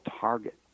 target